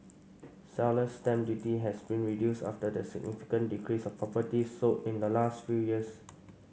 seller's stamp duty has been reduced after the significant decrease of properties sold in the last few years